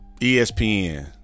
ESPN